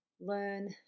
learn